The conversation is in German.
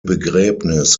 begräbnis